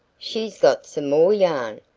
she's got some more yarn,